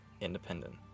independent